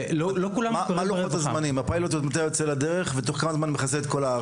לא כולם יכולים להיות מוכרים לך.